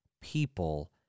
people